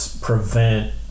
prevent